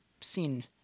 seen